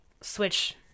switch